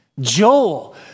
Joel